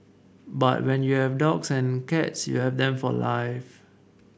but when you have dogs and cats you have them for life